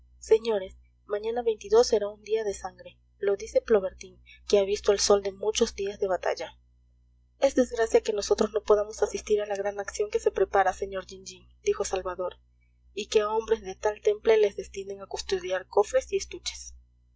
señores mañana será un día de sangre lo dice plobertin que ha visto el sol de muchos días de batalla es desgracia que nosotros no podamos asistir a la gran acción que se prepara sr jean jean dijo salvador y que a hombres de tal temple les destinen a custodiar cofres y estuches